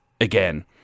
again